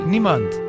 Niemand